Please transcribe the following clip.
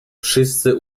wszyscy